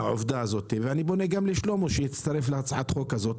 ואני פונה גם לשלמה שהצטרף להצעת החוק הזאת,